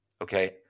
Okay